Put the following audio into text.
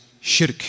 Shirk